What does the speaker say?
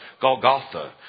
Golgotha